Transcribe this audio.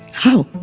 how?